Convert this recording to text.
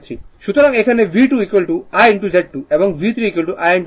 সুতরাং এখানে V2 I Z2 এবং V3 I Z 3